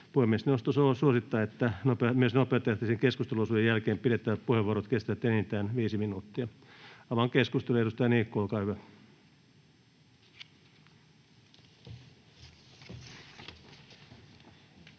Puhemiesneuvosto suosittaa, että myös nopeatahtisen keskusteluosuuden jälkeen pidettävät puheenvuorot kestävät enintään 5 minuuttia. Avaan keskustelun. — Edustaja Niikko, olkaa hyvä. [Speech